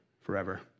forever